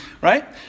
right